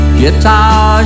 Guitar